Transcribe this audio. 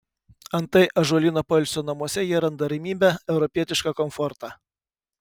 antai ąžuolyno poilsio namuose jie randa ramybę europietišką komfortą